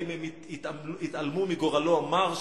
אם יתעלמו מגורלו המר,